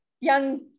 young